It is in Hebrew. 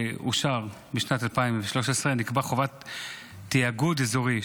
שעיקרם דחייה בשנה של חובת התיאגוד האזורי,